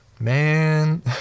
Man